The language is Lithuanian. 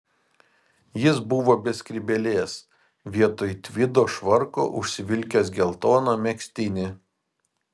jis buvo be skrybėlės vietoj tvido švarko užsivilkęs geltoną megztinį